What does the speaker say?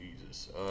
jesus